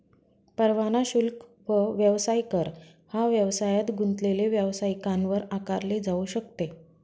परवाना शुल्क व व्यवसाय कर हा व्यवसायात गुंतलेले व्यावसायिकांवर आकारले जाऊ शकते